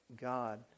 God